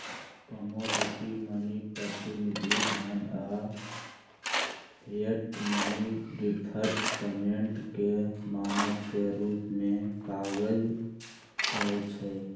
commodity money, प्रतिनिधि धन आऽ फिएट मनी डिफर्ड पेमेंट के मानक के रूप में काज करइ छै